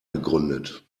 gegründet